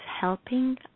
helping